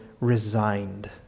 resigned